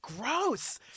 Gross